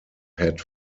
had